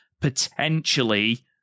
potentially